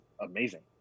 amazing